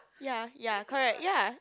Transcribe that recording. ya ya correct ya